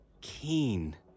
Keen